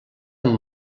amb